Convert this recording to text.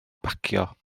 bacio